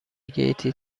گیتی